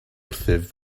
wrthyf